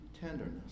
tenderness